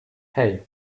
hey